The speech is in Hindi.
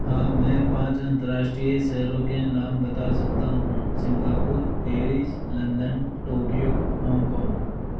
हाँ मैं पाँच अंतर्राष्ट्रीय शहरों के नाम बता सकता हूँ Singapore Paris London Tokyo Hong Kong